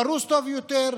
פרוס טוב יותר,